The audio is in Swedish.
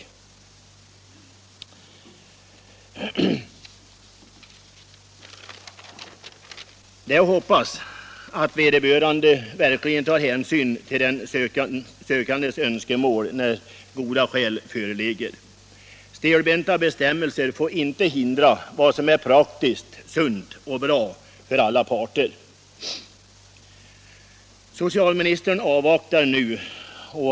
Det är att hoppas att vederbörande verkligen tar hänsyn till den sökandes önskemål när goda skäl föreligger. Stelbenta bestämmelser får inte hindra vad som är praktiskt, sunt och bra för alla parter. Socialministern avvaktar nu.